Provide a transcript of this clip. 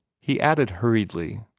he added hurriedly,